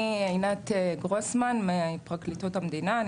אני עינת גרוסמן מפרקליטות המדינה.